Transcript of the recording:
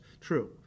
true